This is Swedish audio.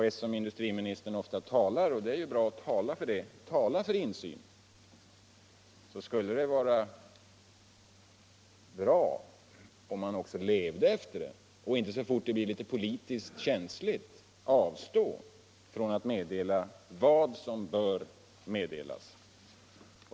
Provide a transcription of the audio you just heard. Eftersom industriministern ofta talar för insyn — och det är för all del bra tala för det — skulle det vara bra om han också /evde så och inte, så fort det blir litet politiskt känsligt. avstod från att meddela vad som bör meddelas.